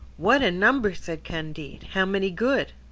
what a number! said candide. how many good?